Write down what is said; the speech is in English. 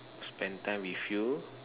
spend time with you